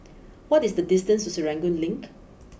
what is the distance to Serangoon Link